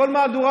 כל מהדורה,